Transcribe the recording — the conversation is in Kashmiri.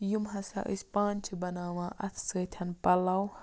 یِم ہسا أسۍ پانہٕ چھِ بَناوان اَتھٕ سۭتۍ پَلو